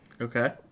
Okay